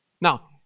Now